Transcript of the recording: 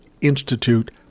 institute